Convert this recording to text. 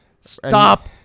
Stop